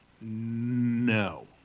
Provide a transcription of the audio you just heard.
No